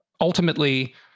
ultimately